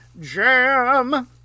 Jam